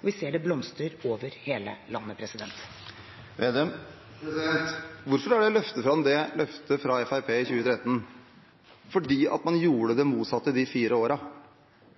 og vi ser det blomstrer over hele landet. Hvorfor er det jeg løfter fram det løftet fra Fremskrittspartiet i 2013? Fordi man gjorde det motsatte de fire årene.